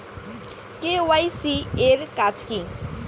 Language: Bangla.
কে.ওয়াই.সি এর কাজ কি?